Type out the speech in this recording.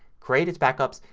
create its backups.